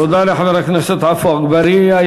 תודה לחבר הכנסת עפו אגבאריה.